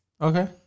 Okay